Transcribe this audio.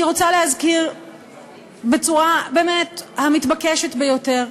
אני רוצה להזכיר בצורה, באמת, המתבקשת ביותר,